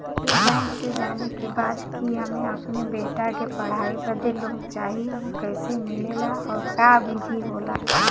ई बैंक से जाने के बा की हमे अपने बेटा के पढ़ाई बदे लोन चाही ऊ कैसे मिलेला और का विधि होला?